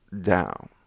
down